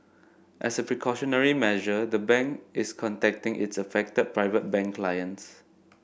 as a precautionary measure the bank is contacting its affected Private Bank clients